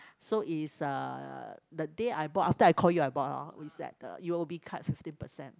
so it's uh that day I bought after I call you I bought hor it's like the U_O_B card fifteen percent